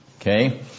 okay